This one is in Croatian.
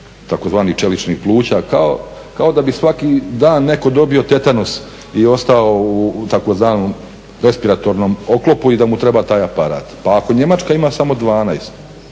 tzv. čeličnih pluća kao da bi svaki dan netko dobio tetanus i ostao u tzv. respiratornom oklopu i da mu treba taj aparat. Pa ako Njemačka ima samo 12,